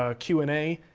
ah q and a,